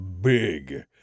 big